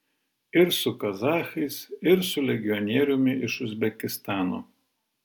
ir su kazachais ir su legionieriumi iš uzbekistano